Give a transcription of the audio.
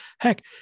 Heck